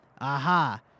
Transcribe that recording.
aha